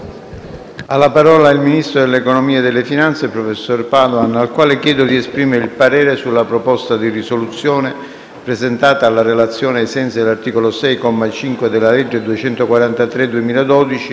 di parlare il ministro dell'economia e delle finanze, professor Padoan, al quale chiedo di esprimere il parere sulla proposta di risoluzione presentata alla relazione ai sensi dell'articolo 6, comma 5, della legge n. 243